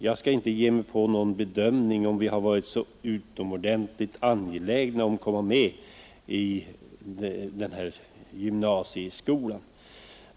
Jag skall inte ge mig in på någon bedömning av om vi varit så utomordentligt angelägna om att få likställdhet med gymnasieskolan.